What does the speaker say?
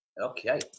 Okay